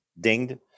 dinged